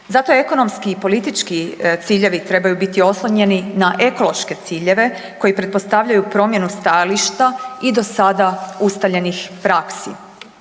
Zato ekonomski i politički ciljevi trebaju biti oslonjeni na ekološke ciljeve koji pretpostavljaju promjenu stajališta i do sada ustaljenih praksi.